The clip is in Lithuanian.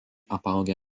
apaugę